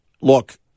Look